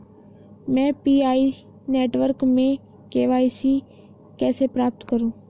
मैं PI network में KYC कैसे प्राप्त करूँ?